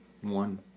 One